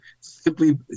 simply